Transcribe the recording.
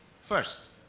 First